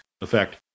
effect